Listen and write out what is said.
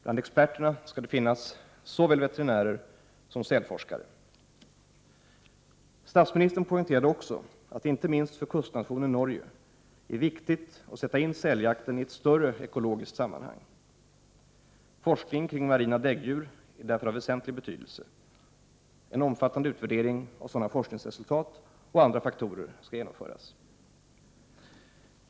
Bland experterna skall det finnas såväl veterinärer som sälforskare. Statsministern poängterade också att det inte minst för kustnationen Norge är viktigt att sätta in säljakten i ett större ekologiskt sammanhang. Forskningen kring marina däggdjur är därför av väsentlig betydelse. En omfattande utvärdering av sådana forskningsresultat och andra faktorer skall genomföras.